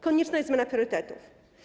Konieczna jest zmiana priorytetów.